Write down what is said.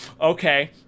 Okay